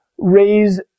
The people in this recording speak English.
raise